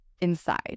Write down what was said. inside